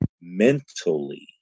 mentally